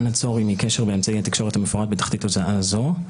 אנא צור עמי קשר באמצעי התקשורת המפורט בתחתית הודעה זו.